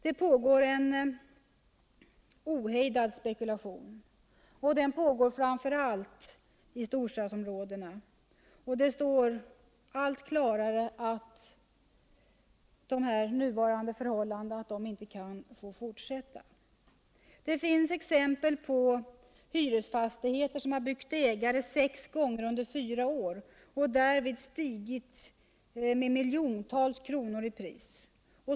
Det pågår en ohejdad spekulation, framför allt i storstadsområdena, och det står allt klarare att de nuvarande förhållandena inte kan få fortsätta. Det finns exempel på hyresfastigheter som har bytt ägare sex gånger under fyra år och därvid stigit med miljontals kronor i pris.